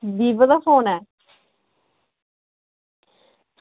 Vivo दा phone ऐ